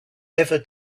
ever